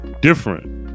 different